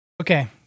Okay